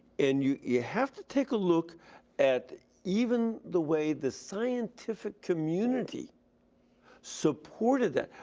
and you you have to take a look at even the way the scientific community supported that.